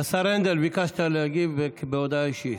השר הנדל, ביקשת להגיב בהודעה אישית.